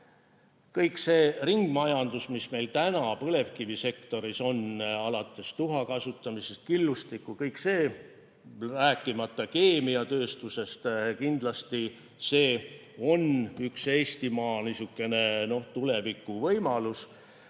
Kõik see ringmajandus, mis meil täna põlevkivisektoris on, alates tuha kasutamisest, killustikust – kõik see, rääkimata keemiatööstusest, on kindlasti üks Eestimaa tulevikuvõimalusi.